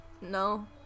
No